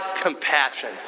compassion